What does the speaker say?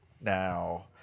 Now